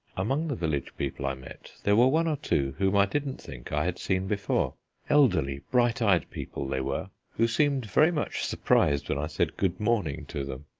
among the village people i met, there were one or two whom i didn't think i had seen before elderly, bright-eyed people they were who seemed very much surprised when i said good morning to them,